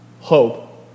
hope